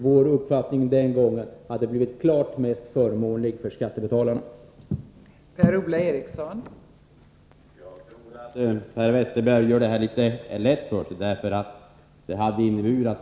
Vår uppfattning den gången innebar helt klart den för skattebetalarna mest förmånliga lösningen.